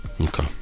Okay